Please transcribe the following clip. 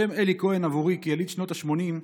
השם אלי כהן עבורי, כיליד שנות השמונים,